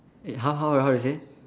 eh how how how to say